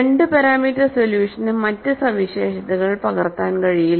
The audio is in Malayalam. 2 പാരാമീറ്റർ സൊല്യൂഷന് മറ്റ് സവിശേഷതകൾ പകർത്താൻ കഴിയില്ല